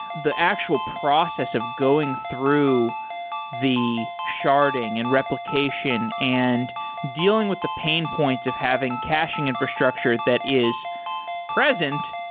the actual process of going through the sharding and replication and dealing with the pain points of having caching infrastructure that is present,